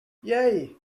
yay